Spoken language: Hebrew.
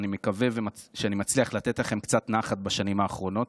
אני מקווה שאני מצליח לתת לכם קצת נחת בשנים האחרונות.